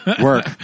work